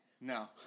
no